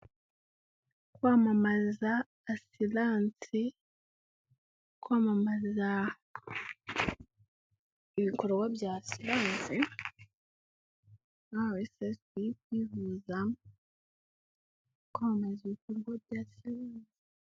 Kwamamaza asiransi kwamamaza ibikorwa by'asiransi n'umu esesibi ubihuza kwamamaza ibikorwa by'asiransi.